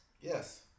Yes